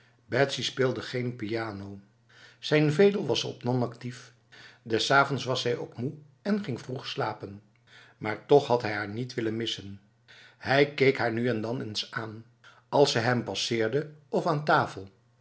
betsy speelde geen piano zijn vedel was op non actief des avonds was zij ook moe en ging vroeg slapen maar toch had hij haar niet willen missen hij keek haar nu en dan maar eens aan als ze hem passeerde of aan tafel